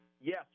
yes